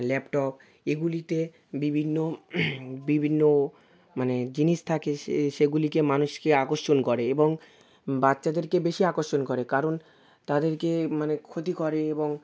laptop এগুলিতে বিভিন্ন বিভিন্ন মানে জিনিস থাকে সে সেগুলিকে মানুষকে আকর্ষণ করে এবং বাচ্চাদেরকে বেশি আকর্ষণ করে কারণ তাদেরকে মানে ক্ষতি করে এবং